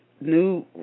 new